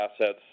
assets